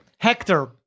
Hector